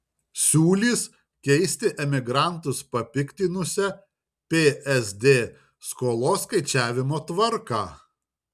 siūlys keisti emigrantus papiktinusią psd skolos skaičiavimo tvarką